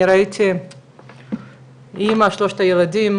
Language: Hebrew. אני ראיתי אמא עם שלושת ילדיה,